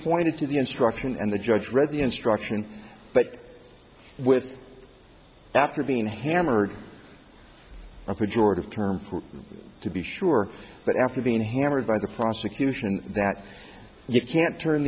pointed to the instruction and the judge read the instruction but with that are being hammered a pejorative term to be sure but after being hammered by the prosecution that you can't turn